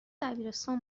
دبیرستان